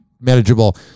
manageable